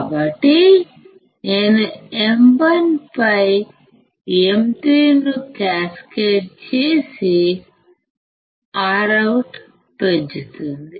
కాబట్టి నేను M 1పై M3ను క్యాస్కేడ్ చేస్తేROUT పెరుగుతుంది